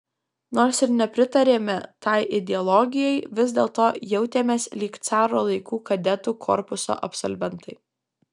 nors ir nepritarėme tai ideologijai vis dėlto jautėmės lyg caro laikų kadetų korpuso absolventai